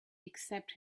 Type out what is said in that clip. except